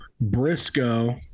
Briscoe